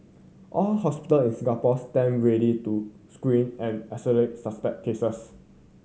all hospital in Singapore stand ready to screen and isolate suspect cases